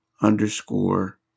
underscore